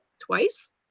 twice